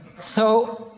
so